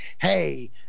Hey